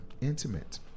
intimate